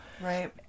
Right